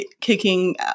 kicking